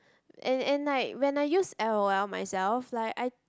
and and like when I use L_O_L myself like I